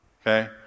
okay